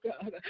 God